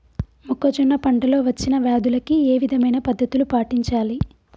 మొక్కజొన్న పంట లో వచ్చిన వ్యాధులకి ఏ విధమైన పద్ధతులు పాటించాలి?